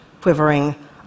quivering